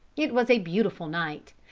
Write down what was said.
it was a beautiful night,